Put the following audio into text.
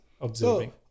observing